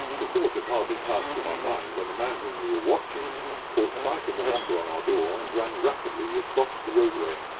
the thought had hardly passed through my mind when the man whom we were watching caught sight of the number on our door, and ran rapidly across the roadway.